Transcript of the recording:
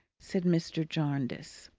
said mr. jarndyce.